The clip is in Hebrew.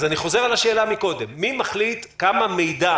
אז אני חוזר על השאלה מקודם: מי מחליט כמה מידע